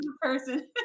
person